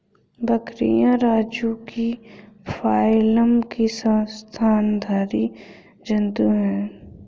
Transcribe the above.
बकरियाँ रज्जुकी फाइलम की स्तनधारी जन्तु है